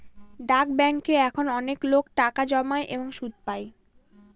ডাক ব্যাঙ্কে এখন অনেকলোক টাকা জমায় এবং সুদ পাই